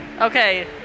Okay